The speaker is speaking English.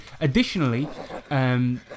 additionally